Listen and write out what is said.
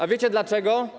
A wiecie dlaczego?